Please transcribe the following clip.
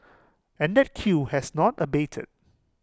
and that queue has not abated